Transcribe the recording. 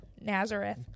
Nazareth